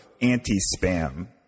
anti-spam